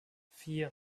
vier